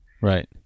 Right